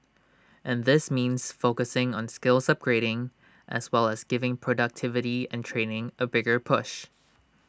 and this means focusing on skills upgrading as well as giving productivity and training A bigger push